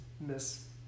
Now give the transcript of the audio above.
miss